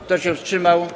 Kto się wstrzymał?